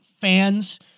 Fans